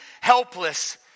helpless